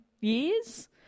years